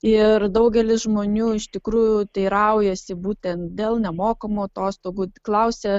ir daugelis žmonių iš tikrųjų teiraujasi būtent dėl nemokamų atostogų klausia